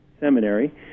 seminary